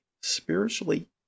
spiritually